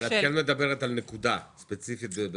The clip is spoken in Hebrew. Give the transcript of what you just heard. את כן מדברת על נקודה ספציפית.